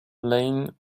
lane